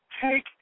take